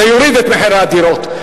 זה יוריד את מחירי הדירות.